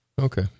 Okay